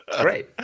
Great